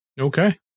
Okay